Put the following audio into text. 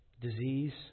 disease